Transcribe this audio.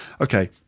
okay